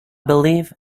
believe